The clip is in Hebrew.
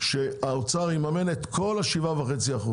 שהאוצר יממן את כל ה-7.5%,